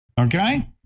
okay